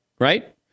right